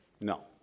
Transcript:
No